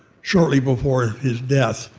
shortly before his death.